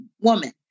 woman